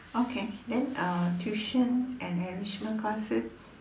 okay then uh tuition and enrichment classes